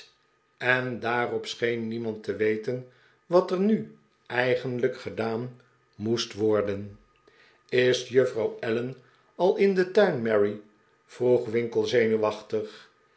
en daarop scheen niemand te weten wat er nu eigenlijk gedaan moest worden pickwick op pad met een dievenlantaren is juffrouw allen al in den tuin mary vroeg winkle zenuwaehtig